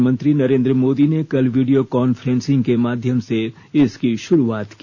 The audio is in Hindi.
प्रधानमंत्री नरेन्द्र मोदी ने कल वीडियो कॉन्फ्रेंसिंग के माध्यम से इसकी शुरुआत की